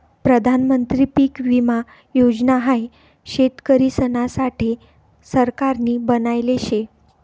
प्रधानमंत्री पीक विमा योजना हाई शेतकरिसना साठे सरकारनी बनायले शे